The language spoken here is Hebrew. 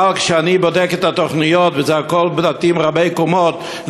אבל כשאני בודק את התוכניות והכול בבתים רבי-קומות,